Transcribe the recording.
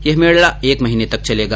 यह मेला एक महीने तक चलेगा